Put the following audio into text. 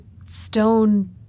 stone